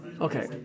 Okay